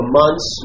months